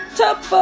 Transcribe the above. top